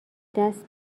دست